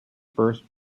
first